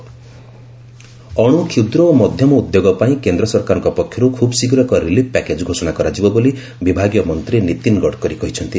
MSME Gadkari ଅଣୁ କ୍ଷୁଦ୍ର ଓ ମଧ୍ୟମ ଉଦ୍ୟୋଗ ପାଇଁ କେନ୍ଦ୍ର ସରକାରଙ୍କ ପକ୍ଷରୁ ଖୁବ୍ ଶୀଘ୍ର ଏକ ରିଲିଫ୍ ପ୍ୟାକେଜ୍ ଘୋଷଣା କରାଯିବ ବୋଲି ବିଭାଗୀୟ ମନ୍ତ୍ରୀ ନୀତିନ ଗଡ଼କରୀ କହିଛନ୍ତି